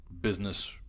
business